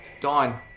Dawn